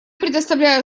предоставляю